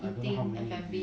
eating a family